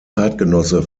zeitgenosse